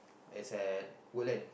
it's at Woodland